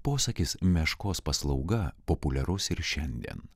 posakis meškos paslauga populiarus ir šiandien